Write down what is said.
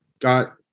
got